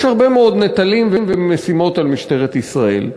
יש הרבה מאוד נטלים ומשימות על משטרת ישראל,